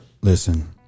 Listen